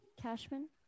Cashman